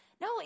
No